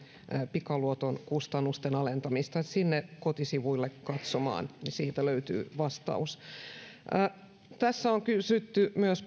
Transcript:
pikaluoton kustannusten alentamista sinne kotisivuille katsomaan sieltä löytyy vastaus paljon on kysytty myös